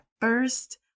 first